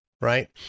right